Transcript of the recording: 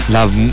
Love